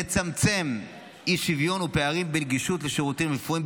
לצמצם אי-שוויון ופערים בנגישות של שירותים רפואיים,